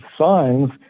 signs